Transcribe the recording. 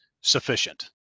sufficient